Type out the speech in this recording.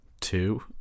two